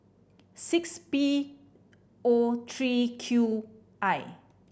six P O three Q I